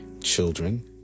children